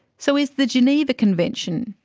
so is the geneva convention,